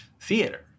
theater